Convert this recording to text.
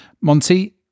Monty